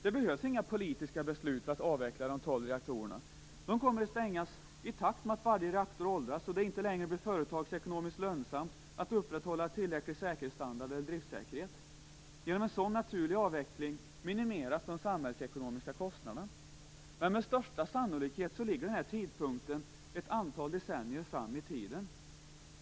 Det behövs inga politiska beslut för att avveckla de tolv reaktorerna, utan de kommer att stängas i takt med att varje reaktor åldras och det inte längre är företagsekonomiskt lönsamt att upprätthålla en tillräcklig säkerhetsstandard eller driftsäkerhet. Genom en sådan naturlig avveckling minimeras de samhällsekonomiska kostnaderna. Med största sannolikhet ligger den här tidpunkten ett antal decennier framåt i tiden.